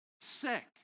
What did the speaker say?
sick